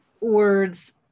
words